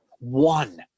One